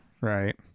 right